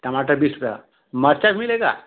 टमाटर बीस रुपये मिर्चा भी मिलेगा